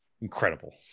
incredible